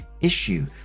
issue